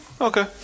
Okay